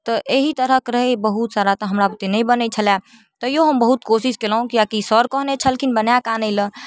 तऽ एहि तरहके रहै बहुत सारा तऽ हमरा बुते नहि बनै छलै तैओ हम बहुत कोशिश कएलहुँ किएकि सर कहने छलखिन बनाकऽ आनैलए